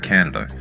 Canada